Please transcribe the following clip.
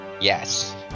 Yes